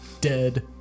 dead